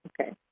Okay